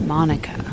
Monica